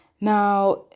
Now